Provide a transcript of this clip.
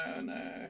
no